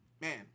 Man